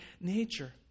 nature